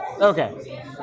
Okay